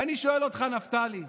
ואני שואל אותך, נפתלי: